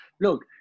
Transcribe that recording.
Look